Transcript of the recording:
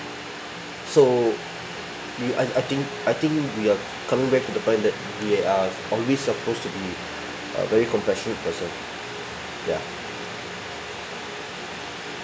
so we I I think I think we are current back to the point that we are always supposed to be uh very compassionate person ya